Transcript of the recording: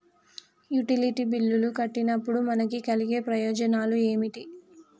Utility బిల్లులు కట్టినప్పుడు మనకు కలిగే ప్రయోజనాలు ఏమిటి?